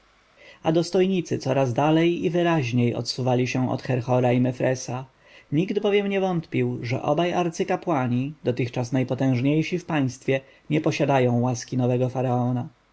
wojskowi dostojnicy coraz dalej i wyraźniej odsuwali się od herhora i mefresa nikt bowiem nie wątpił że obaj arcykapłani dotychczas najpotężniejsi w państwie nie posiadają łaski nowego